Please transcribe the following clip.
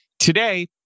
Today